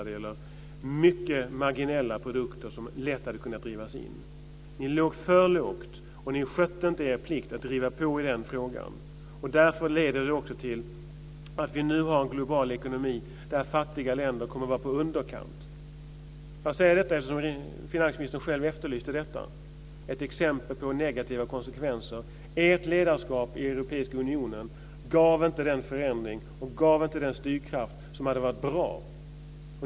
De gällde mycket marginella produkter som lätt hade kunnat drivas in. Ni låg för lågt, och ni skötte inte er plikt att driva på i den frågan. Detta leder till att vi nu har en global ekonomi där fattiga länder kommer att vara i underkanten. Jag säger detta eftersom finansministern själv efterlyste ett exempel på negativa konsekvenser. Ert ledarskap i Europeiska unionen gav inte den förändring och den styrkraft som hade varit bra.